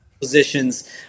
positions